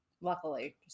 luckily